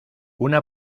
una